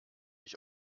ich